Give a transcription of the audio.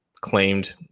claimed